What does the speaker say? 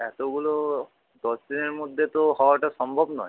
এতগুলো দশ দিনের মধ্যে তো হওয়াটা সম্ভব নয়